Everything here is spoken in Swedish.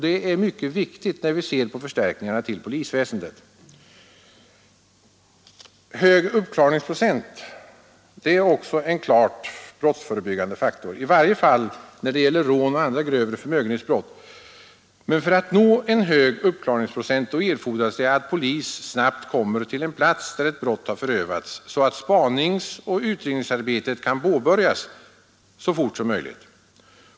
Detta är mycket viktigt när vi ser på personella förstärkningar till polisväsendet. Hög uppklaringsprocent är också klart brottsförebyggande, i varje fall när det gäller rån och andra grövre förmögenhetsbrott. Men för att nå en hög uppklaringsprocent erfordras det att polis snabbt kommer till en plats där ett brott har förövats, så att spaningsoch utredningsarbetet kan påbörjas så fort som möjligt.